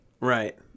right